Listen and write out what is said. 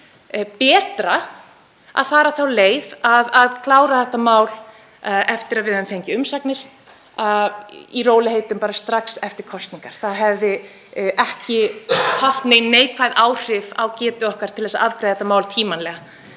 betra að fara þá leið að klára þetta mál eftir að við höfum fengið umsagnir í rólegheitum bara strax eftir kosningar. Það hefði ekki haft nein neikvæð áhrif á getu okkar til að afgreiða þetta mál tímanlega.